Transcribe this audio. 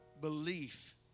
belief